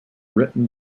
written